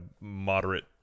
moderate